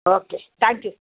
okay thank you